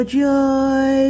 joy